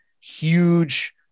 huge